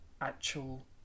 actual